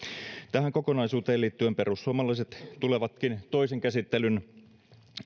tähän kokonaisuuteen liittyen perussuomalaiset tulevatkin toisen käsittelyn